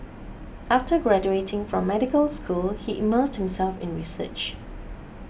after graduating from medical school he immersed himself in research